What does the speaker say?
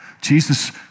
Jesus